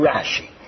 Rashi